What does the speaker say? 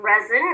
resin